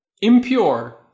impure